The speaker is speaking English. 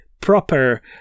proper